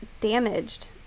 damaged